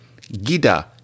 Gida